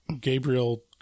Gabriel